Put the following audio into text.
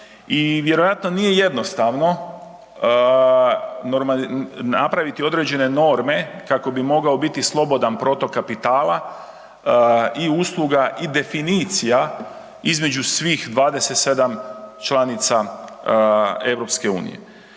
I vjerojatno nije jednostavno napraviti određene norme kako bi mogao biti slobodan protok kapitala i usluga i definicija između svih 27 članica EU.